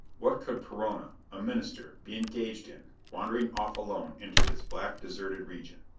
what could perona, a minister, be engaged in, wandering off alone into this black, deserted region?